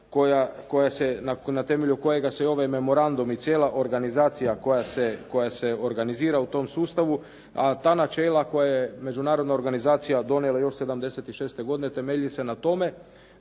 na temelju kojega se i ovaj memorandum i cijela organizacija koja se organizira u tom sustavu, a ta načela koje je međunarodna organizacija donijela još '76. godine temelji se na tome